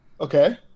Okay